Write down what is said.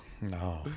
No